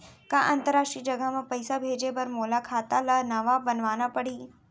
का अंतरराष्ट्रीय जगह म पइसा भेजे बर मोला खाता ल नवा बनवाना पड़ही?